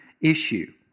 issue